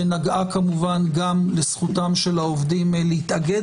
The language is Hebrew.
שנגעה כמובן גם לזכותם של העובדים מלהתאגד